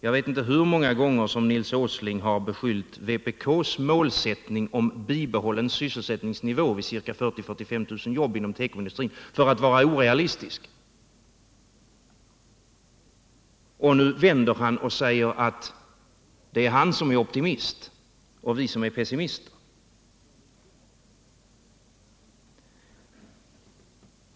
Jag vet inte hur många gånger Nils Åsling har beskyllt vpk:s målsättning om bibehållen sysselsättningsnivå vid ca 40 000-45 000 jobb inom tekoindustrin för att vara orealistisk. Nu vänder han och säger att det är han som är optimist och vi pessimister.